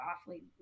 awfully